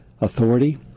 authority